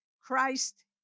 Christ